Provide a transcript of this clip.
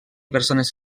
persones